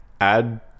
add